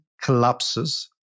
collapses